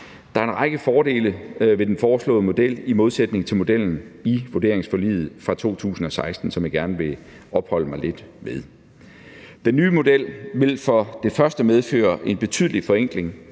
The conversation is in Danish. Der er en række fordele ved den foreslåede model i modsætning til modellen i vurderingsforliget fra 2016, som jeg gerne vil opholde mig lidt ved. Kl. 17:04 Den nye model vil for det første medføre en betydelig forenkling,